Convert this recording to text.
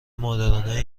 مادرانه